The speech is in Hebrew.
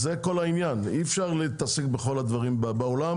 אי אפשר להתעסק בכל הדברים בעולם